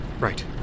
Right